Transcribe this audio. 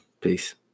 Peace